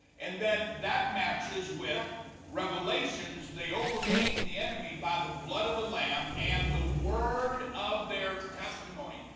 and then that matches with revelations they overcame the enemy by the blood of the lamb and the word of their testimony.